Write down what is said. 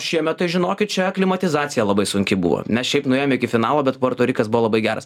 šiemet tai žinokit čia aklimatizacija labai sunki buvo mes šiaip nuėjom iki finalo bet puerto rikas buvo labai geras